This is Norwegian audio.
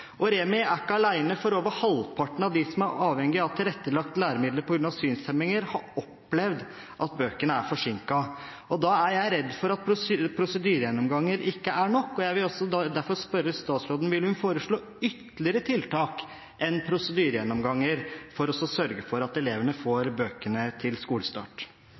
Og Remi er ikke alene, for over halvparten av dem som er avhengig av tilrettelagte læremidler på grunn av synshemminger, har opplevd at bøkene er forsinket. Da er jeg redd for at prosedyregjennomganger ikke er nok, og jeg vil derfor spørre statsråden: Vil hun foreslå ytterligere tiltak enn prosedyregjennomganger for å sørge for at elevene får bøkene til skolestart?